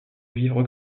vivre